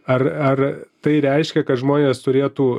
ar ar tai reiškia kad žmonės turėtų